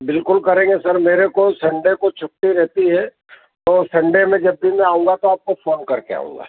बिल्कुल करेंगे सर मेरे को संडे को छुट्टी रहती है तो संडे मैं जब भी मैं आऊँगा तो आपको फ़ोन कर के आऊँगा